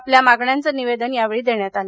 आपल्या मागण्यांचं निवेदन यावेळी देण्यात आलं